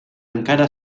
encara